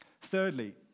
Thirdly